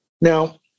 Now